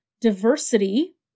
diversity